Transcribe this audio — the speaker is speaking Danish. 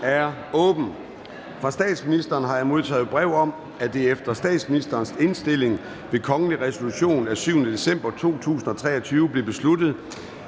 er åbnet. Fra statsministeren har jeg modtaget brev om, at det efter statsministerens indstilling ved kongelig resolution af 7. december 2023 blev besluttet,